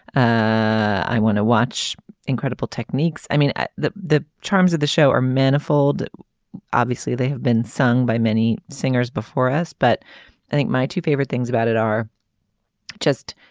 i want to watch incredible techniques. i mean the the charms of the show are manifold obviously they have been sung by many singers before us but i think my two favorite things about it are just